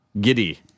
giddy